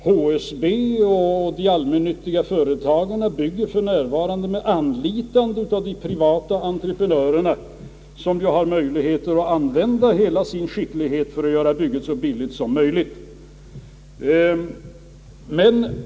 HSB och de allmännyttiga företagen bygger för närvarande med anlitande av de privata entreprenörerna som har möjlighet att använda sin skicklighet för att göra bygget så billigt som möjligt.